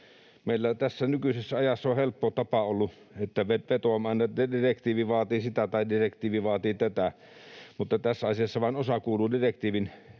meillä tässä nykyisessä ajassa on ollut helppo tapa vedota, että direktiivi vaatii sitä tai direktiivi vaatii tätä, mutta tässä asiassa vain osa kuuluu direktiivin